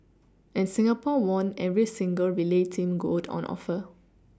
and Singapore won every single relay team gold on offer